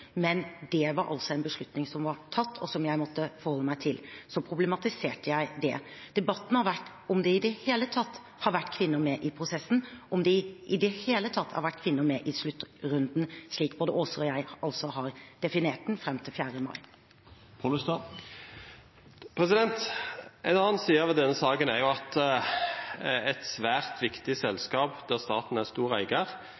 men det var altså en beslutning som var tatt, og som jeg måtte forholde meg til. Så problematiserte jeg det. Debatten har vært om det i det hele tatt har vært kvinner med i prosessen – om det i det hele tatt har vært kvinner med i sluttrunden slik både Aaser og jeg altså har definert den – fram til 4. mai. En annen side av denne saken er at et svært viktig selskap der staten er